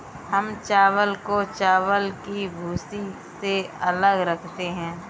हम चावल को चावल की भूसी से अलग करते हैं